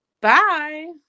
bye